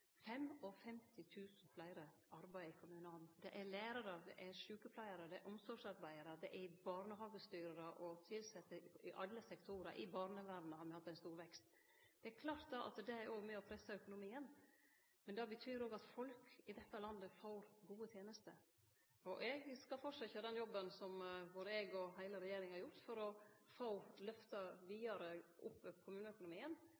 55 000 fleire arbeider i kommunane. Det er lærarar, det er sjukepleiarar, det er omsorgsarbeidarar, det er barnehagestyrarar og tilsette i alle sektorar. I barnevernet har me hatt ein stor vekst. Det er klart at det òg er med på å presse økonomien. Men det betyr òg at folk i dette landet får gode tenester. Eg skal fortsetje den jobben som både eg og heile regjeringa har gjort for å løfte kommuneøkonomien